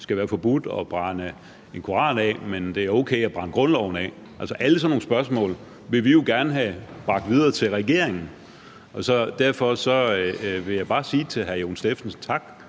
nu skal være forbudt at brænde en koran af, men at det er okay at brænde grundloven af. Alle sådan nogle spørgsmål vil vi jo gerne have bragt videre til regeringen. Så derfor vil jeg til hr. Jon Stephensen bare